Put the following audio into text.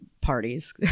parties